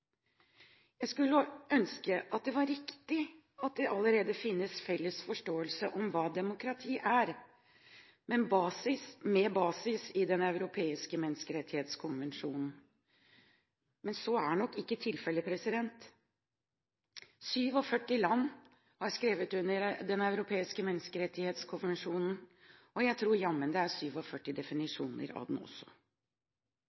Jeg skulle ønske det var riktig at det allerede finnes en felles forståelse for hva demokrati er, med basis i Den europeiske menneskerettskonvensjon. Men så er nok ikke tilfellet. 47 land har skrevet under Den europeiske menneskerettskonvensjon, og jeg tror jammen det er